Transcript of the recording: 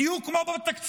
בדיוק כמו בתקציב,